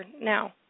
now